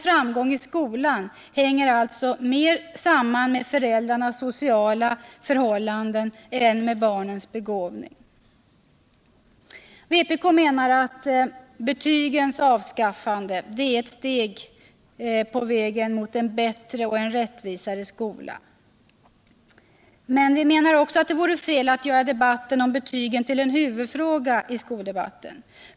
Framgång i skolan hänger alltså mer samman med föräldrarnas sociala förhållanden än med barnens begåvning. Vpk menar att betygens avskaffande är ett steg på vägen mot en bättre och rättvisare skola, men vi menar också att det vore fel att göra debatten om betygen till en huvudfråga i skoldebatten.